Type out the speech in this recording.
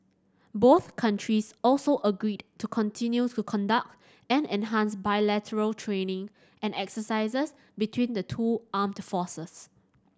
both countries also agreed to continue to conduct and enhance bilateral training and exercises between the two armed forces